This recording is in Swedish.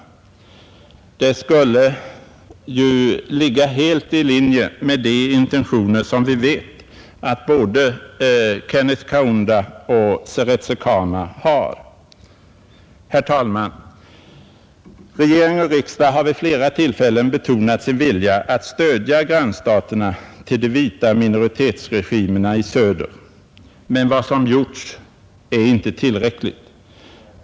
Det skulle ju ligga helt i linje med de intentioner som vi vet att både Kenneth Kaunda och Tseretse Khama har. Herr talman! Regering och riksdag har vid flera tillfällen betonat sin vilja att stödja grannstaterna till de vita minoritetsregimerna i söder. Men vad som gjorts är inte tillräckligt.